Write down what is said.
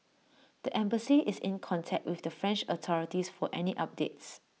the embassy is in contact with the French authorities for any updates